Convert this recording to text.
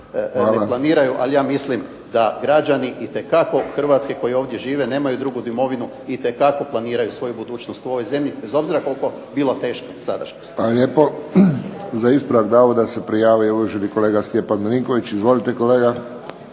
ali ja mislim da građani itekako Hrvatske koji ovdje žive nemaju drugu domovinu itekako planiraju svoju budućnost u ovoj zemlji, bez obzira koliko bila teška sadašnjost. **Friščić, Josip (HSS)** Hvala lijepo. Za ispravak navoda se prijavio uvaženi kolega Stjepan Milinković. Izvolite kolega.